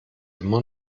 immer